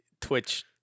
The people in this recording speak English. twitch